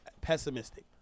pessimistic